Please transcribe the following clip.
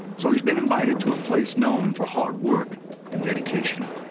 so he's been invited to a place known for hard work and dedication.